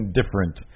different